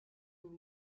une